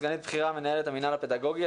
סגנית בכירה מנהלת המינהל הפדגוגי,